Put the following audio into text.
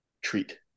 treat